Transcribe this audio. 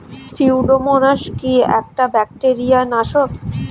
Pseudomonas কি একটা bacteria নাশক?